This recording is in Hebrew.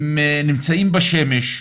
הם נמצאים בשמש,